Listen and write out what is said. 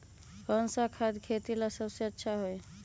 कौन सा खाद खेती ला सबसे अच्छा होई?